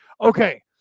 okay